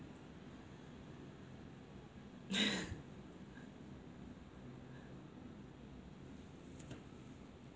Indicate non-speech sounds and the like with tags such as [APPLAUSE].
[LAUGHS]